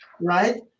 Right